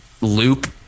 loop